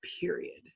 period